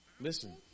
Listen